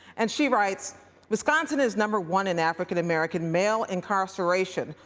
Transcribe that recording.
and she writes wisconsin is number one in african-american male incarceration,